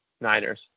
Niners